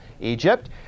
Egypt